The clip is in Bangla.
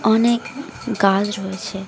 অনেক গাছ রয়েছে